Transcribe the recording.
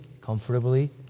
comfortably